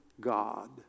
God